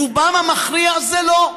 רובם המכריע זה לא.